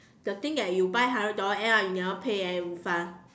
the thing that you buy hundred dollars end up you never pay and you refund